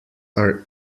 are